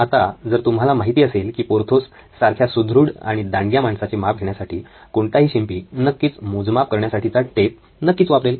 आता जर तुम्हाला माहिती असेल की पोर्थोस सारख्या सुदृढ आणि दांडग्या माणसाचे माप घेण्यासाठी कोणताही शिंपी नक्कीच मोजमाप करण्यासाठीचा टेप नक्कीच वापरेल